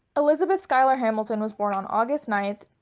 elizabeth schuyler hamilton was born on august ninth,